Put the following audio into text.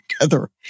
together